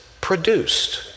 produced